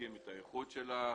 בודקים את האיכות של החברה,